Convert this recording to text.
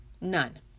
None